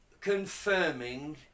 confirming